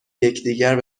یکدیگر